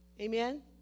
Amen